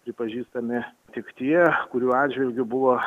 pripažįstami tik tie kurių atžvilgiu buvo